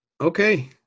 Okay